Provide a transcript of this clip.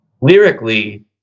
Lyrically